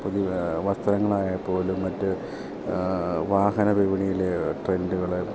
പുതിയ വസ്ത്രങ്ങൾ ആയപ്പോലും മറ്റ് വാഹന വിപണിയിലെ ട്രെൻഡുകൾ